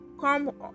come